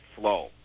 flow